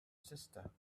sister